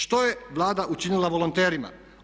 Što je Vlada učinila volonterima?